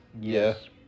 Yes